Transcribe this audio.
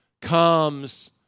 comes